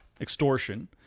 extortion